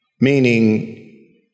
meaning